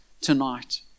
tonight